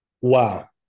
Wow